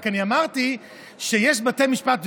רק אמרתי שיש בתי משפט,